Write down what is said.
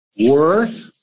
worth